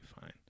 fine